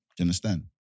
understand